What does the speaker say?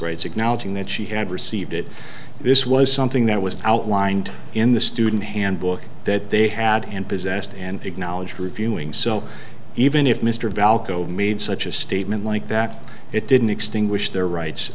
rights acknowledging that she had received it this was something that was outlined in the student handbook that they had and possessed and acknowledged reviewing so even if mr valko made such a statement like that it didn't extinguish their rights